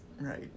Right